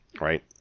right